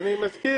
אני מזכיר.